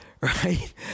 Right